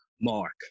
mark